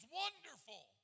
wonderful